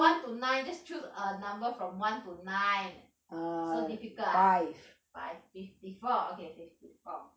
one to nine just choose a number from one to nine so difficult ah five fifty four okay fifty four